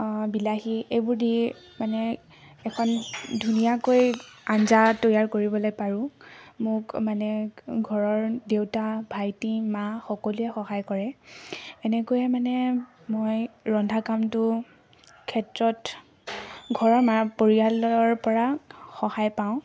বিলাহী এইবোৰ দি মানে এখন ধুনীয়াকৈ আঞ্জা তৈয়াৰ কৰিবলৈ পাৰোঁ মোক মানে ঘৰৰ দেউতা ভাইটি মা সকলোৱে সহায় কৰে এনেকৈয়ে মানে মই ৰন্ধা কামটো ক্ষেত্ৰত ঘৰত মা পৰিয়ালৰ পৰা সহায় পাওঁ